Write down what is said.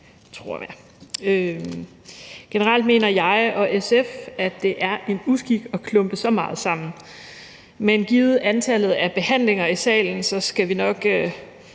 et – tror jeg. Generelt mener jeg og SF, at det er en uskik at klumpe så meget sammen, men givet antallet af behandlinger i salen skal vi nok